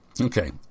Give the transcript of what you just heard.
Okay